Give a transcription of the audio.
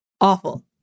awful